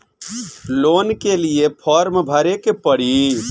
Loan के लिए form भरे के पड़ी?